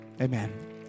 Amen